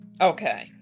okay